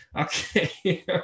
Okay